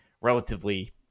relatively